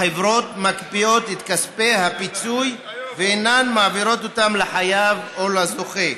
החברות מקפיאות את כספי הפיצוי ואינן מעבירות אותם לחייב או לזוכה.